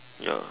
ya